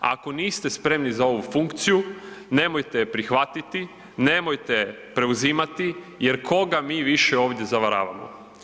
Ako niste spremni za ovu funkciju nemojte je prihvatiti, nemojte je preuzimati jer koga mi više ovdje zavaravamo.